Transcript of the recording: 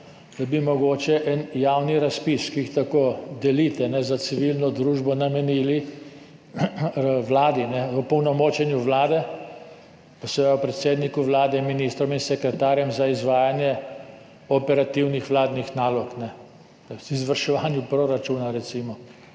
da bi mogoče en javni razpis, ki jih tako delite za civilno družbo, namenili Vladi, opolnomočenju Vlade, pa seveda predsedniku Vlade, ministrom in sekretarjem za izvajanje operativnih vladnih nalog, izvrševanje proračuna, recimo,